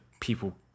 people